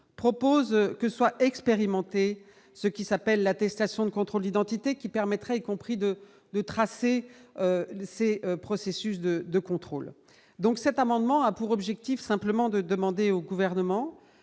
propose que soient expérimentées, ce qui s'appelle l'attestation de contrôle d'identité qui permettrait compris de le tracé ces processus de de contrôle donc, cet amendement a pour objectif simplement de demander au gouvernement